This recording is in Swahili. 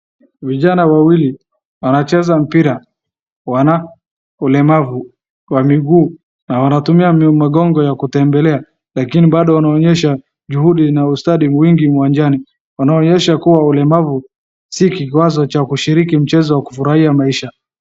Vijana wawili wanacheza mpira wana ulemavu wa miguu na wanatumia migongo ya kutembelea lakini bado wanaonyesha juhudi na ustadi mwingi uwanjani. Wanaonyesha kuwa ulemavu si kikwazo cha kushiriki mchezo wa kufurahia maisha.